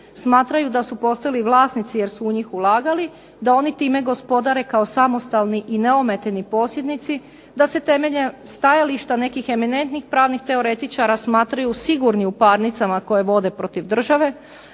smatraju da su postali vlasnici jer su u njih ulagali, da oni time gospodare kao samostalni i neometeni posjednici, da se temeljem stajališta nekih eminentnih pravnih teoretičara smatraju sigurni u parnicama koje vode protiv države,